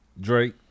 Drake